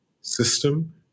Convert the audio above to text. system